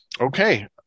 okay